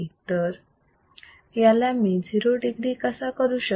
तर याला मी 0 degree कसा करू शकते